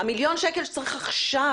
מיליון שקל שצריך עכשיו,